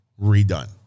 redone